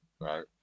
right